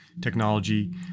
technology